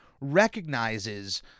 recognizes